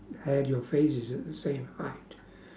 have your faces at the same height